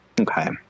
Okay